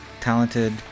talented